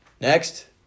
Next